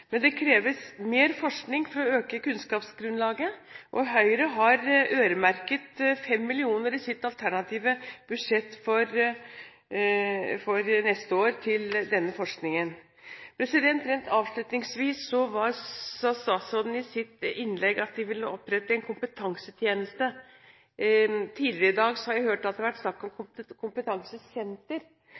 Men det kreves mer forskning for å øke kunnskapsgrunnlaget, og Høyre har øremerket 5 mill. kr i sitt alternative budsjett for neste år til denne forskningen. Rent avslutningsvis: Statsråden sa i sitt innlegg at de ville opprette en kompetansetjeneste. Tidligere i dag har jeg hørt at det har vært snakk om et kompetansesenter.